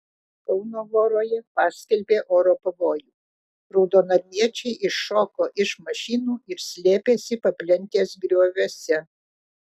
kauno voroje paskelbė oro pavojų raudonarmiečiai iššoko iš mašinų ir slėpėsi paplentės grioviuose